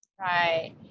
Right